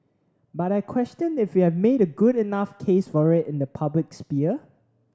but I question if you've made a good enough case for it in the public sphere